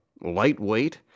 lightweight